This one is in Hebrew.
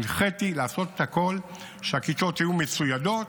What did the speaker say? הנחיתי לעשות את הכול, שהכיתות יהיו מצוידות,